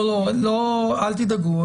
אל תדאגו.